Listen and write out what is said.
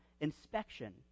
inspection